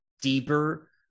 deeper